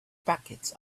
brackets